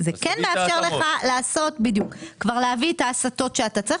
זה כן מאפשר לך להביא את ההסטות שאתה צריך